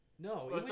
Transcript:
No